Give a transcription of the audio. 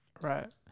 Right